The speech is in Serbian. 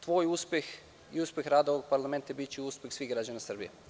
Tvoj uspeh i uspeh rada ovog parlamenta biće uspeh svih građana Srbije.